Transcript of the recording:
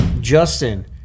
Justin